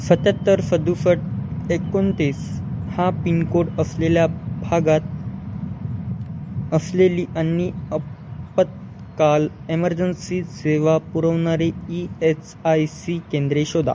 सत्याहत्तर सदुसष्ट एकोणतीस हा पिनकोड असलेल्या भागात असलेली आणि आपत्काल एमरजन्सी सेवा पुरवणारी ई एस आय सी केंद्रे शोधा